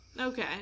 Okay